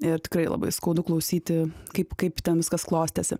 ir tikrai labai skaudu klausyti kaip kaip ten viskas klostėsi